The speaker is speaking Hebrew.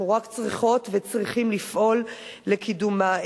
אנחנו רק צריכים וצריכות לפעול לקידומה.